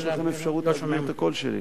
אז יש לכם אפשרות להגביר את הקול שלי.